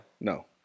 No